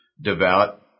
devout